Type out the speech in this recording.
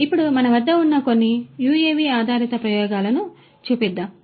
కాబట్టి ఇప్పుడు మన వద్ద ఉన్న కొన్ని యుఎవి ఆధారిత ప్రయోగాలను చూపిద్దాం